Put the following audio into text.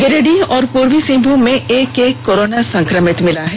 गिरिडीह और पूर्वी सिंहभूम में एक एक कोरोना संक्रमित मिला है